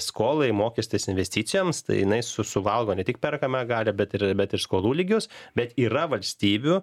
skolai mokestis investicijoms tai jinai suvalgo ne tik perkamąją galią bet ir bet ir skolų lygius bet yra valstybių